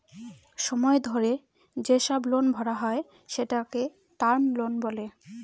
সময় ধরে যেসব লোন ভরা হয় সেটাকে টার্ম লোন বলে